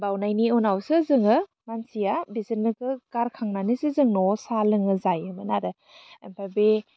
बावनायनि उनावसो जोङो मानसिया बिसोरनिखो गारखांनानैसो जों न'आव साह लोङो जायोमोन आरो आमफ्राय बे